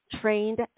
trained